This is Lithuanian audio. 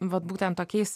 vat būtent tokiais